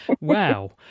wow